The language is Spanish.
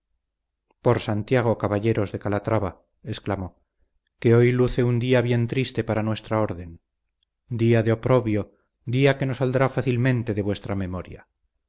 por santiago caballeros de calatrava exclamo que hoy luce un día bien triste para nuestra orden día de oprobio día que no saldrá fácilmente de vuestra memoria